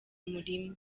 murima